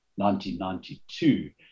1992